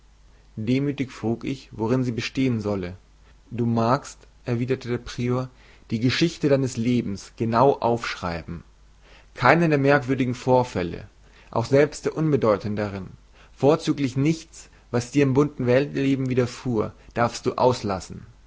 demütig frug ich worin sie bestehen solle du magst erwiderte der prior die geschichte deines lebens genau aufschreiben keinen der merkwürdigen vorfälle auch selbst der unbedeutenderen vorzüglich nichts was dir im bunten weltleben widerfuhr darfst du auslassen